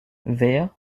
vers